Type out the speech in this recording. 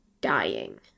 dying